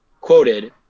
quoted